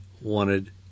wanted